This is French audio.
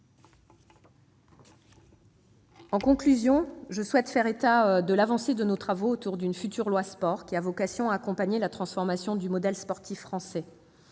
En conclusion, je souhaite faire état de l'avancée de nos travaux autour d'une future loi Sport, qui a vocation à accompagner la transformation du modèle sportif français.